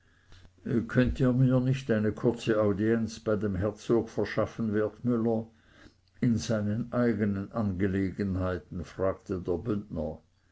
könnt ihr mir nicht eine kurze audienz bei dem herzog verschaffen wertmüller in seinen eigenen angelegenheiten fragte der